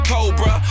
Cobra